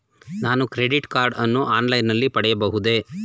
ನಾನು credit card ಅನ್ನು online ನಲ್ಲಿ ಪಡೆಯಬಹುದೇ?